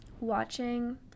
Watching